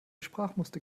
sprachmuster